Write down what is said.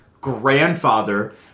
grandfather